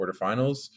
quarterfinals